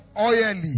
oily